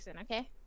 okay